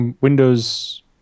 Windows